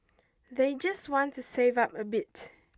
they just want to save up a bit